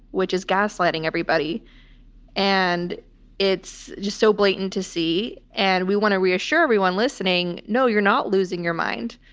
which is gaslighting everybody and it's just so blatant to see and we want to reassure everyone listening. no, you're not losing your mind.